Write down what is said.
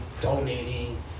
donating